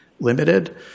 limited